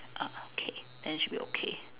ah okay then it should be okay